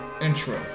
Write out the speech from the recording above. intro